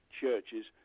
Churches